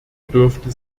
dürfte